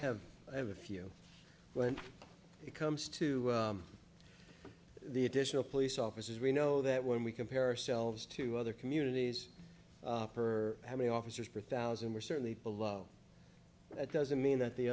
rounds i have ever few when it comes to the additional police officers we know that when we compare ourselves to other communities per how many officers for thousand and we're certainly below that doesn't mean that the